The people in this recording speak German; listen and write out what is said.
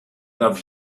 darf